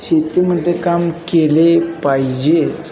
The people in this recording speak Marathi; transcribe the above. शेतामध्ये काम केले पाहिजेत